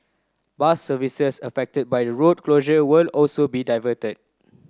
bus services affected by the road closures will also be diverted